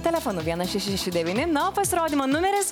telefonu vienas šeši šeši devyni na o pasirodymo numeris